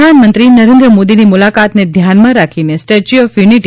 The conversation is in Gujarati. પ્રધાનમંત્રી નરેન્દ્ર મોદીની મુલાકાતને ધ્યાનમાં રાખીને સ્ટેચ્યુ ઓફ યુનિટી